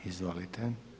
Izvolite.